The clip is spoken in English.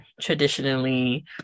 traditionally